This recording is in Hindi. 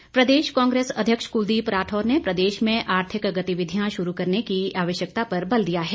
राठौर प्रदेश कांग्रेस अध्यक्ष कुलदीप राठौर ने प्रदेश में आर्थिक गतिविधियां शुरू करने की आवश्यकता पर बल दिया है